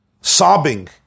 Sobbing